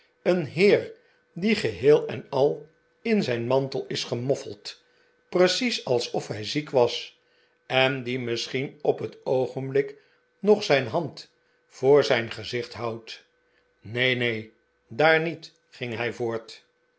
een heer die geheel en al in zijn mantel is gemoffeld precies alsof hij ziek was en die misschien op het oogenblik nog zijn hand voor zijn gezicht houdt neen neen daar niet ging hij voort